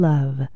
Love